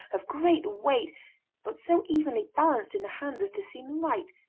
of great weight but so evenly balanced in the hand as to seem light,